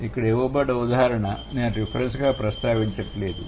ఇక్కడ ఇవ్వబడ్డ ఉదాహరణ నేను రిఫరెన్స్ గా ప్రస్తావించలేదు